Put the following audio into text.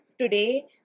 today